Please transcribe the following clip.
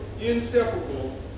inseparable